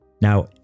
Now